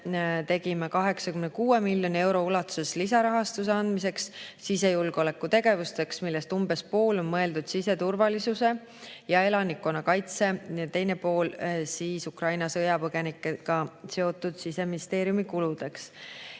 tegime 86 miljoni euro ulatuses lisarahastuse andmiseks sisejulgeolekutegevusteks, millest umbes pool on mõeldud siseturvalisuse ja elanikkonnakaitse, teine pool Ukraina sõjapõgenikega seotud Siseministeeriumi kuludeks.